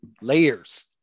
layers